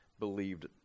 believed